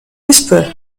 whisper